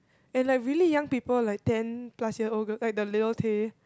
and like really young people like ten plus year old girl like the Lil-Tay